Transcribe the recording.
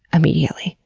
immediately.